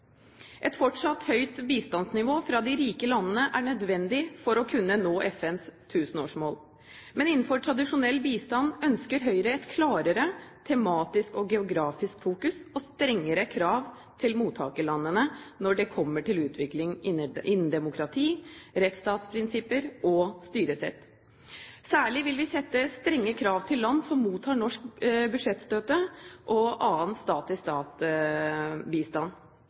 Et fortsatt høyt bistandsnivå fra de rike landene er nødvendig for å kunne nå FNs tusenårsmål. Men innenfor tradisjonell bistand ønsker Høyre et klarere tematisk og geografisk fokus og strengere krav til mottakerlandene når det kommer til utvikling innen demokrati, rettsstatsprinsipper og styresett. Særlig vil vi sette strenge krav til land som mottar norsk budsjettstøtte og annen stat-til-stat-bistand. Høyre vil konsentrere norsk bistand